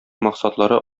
максатлары